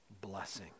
blessing